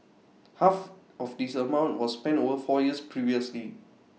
half of this amount was spent over four years previously